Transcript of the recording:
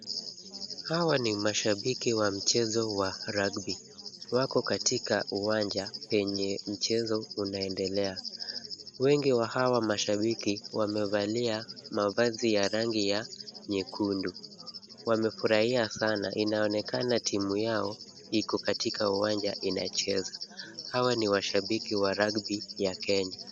Hawa ni mashabiki wa mchezo wa rugby , wako katika uwanja penye mchezo unaendelea, wengi wa hawa mashabiki wamevalia mavazi ya rangi ya nyekundu, wamefurahia sana, inaonekana timu yao iko katika uwanja inacheza. Hawa ni washabiki wa rugby ya Kenya.